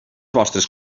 vostres